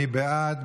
מי בעד?